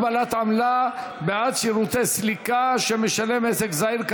הגבלת עמלה בעד שירותי סליקה שמשלם עסק זעיר,